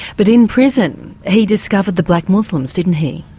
but in prison he discovered the black muslims didn't he?